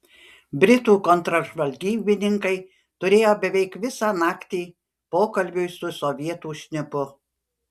britų kontržvalgybininkai turėjo beveik visą naktį pokalbiui su sovietų šnipu